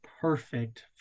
perfect